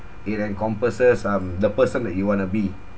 it encompasses um the person that you want to be